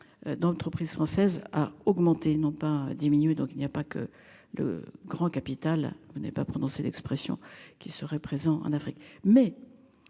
D'entreprises françaises a augmenté non pas diminué donc il n'y a pas que le grand capital. Vous n'avez pas prononcer l'expression qu'il serait présent en Afrique mais